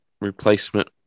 replacement